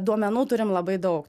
duomenų turim labai daug